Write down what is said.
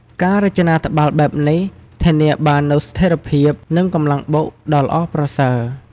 ការរចនាត្បាល់បែបនេះធានាបាននូវស្ថេរភាព និងកម្លាំងបុកដ៏ល្អប្រសើរ។